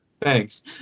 Thanks